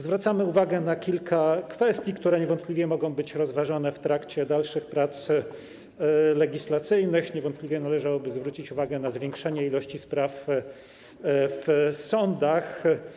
Zwracamy uwagę na kilka kwestii, które niewątpliwie mogą być rozważane w trakcie dalszych prac legislacyjnych, niewątpliwie należałoby zwrócić uwagę na zwiększenie ilości spraw w sądach.